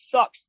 sucks